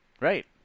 right